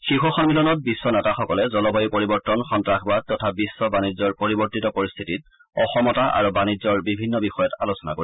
শীৰ্ষ সম্মিলনত বিশ্ব নেতাসকলে জলবায়ু পৰিৱৰ্তন সন্তাসবাদ তথা বিশ্ব বাণিজ্যৰ পৰিৱৰ্তিত পৰিশ্থিতিত অসমতা আৰু বাণিজ্যৰ বিভিন্ন বিষয়ত আলোচনা কৰিব